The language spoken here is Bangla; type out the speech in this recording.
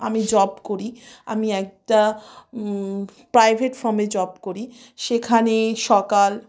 আমি জব করি আমি একটা প্রাইভেট ফার্মে জব করি সেখানে সকাল